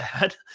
bad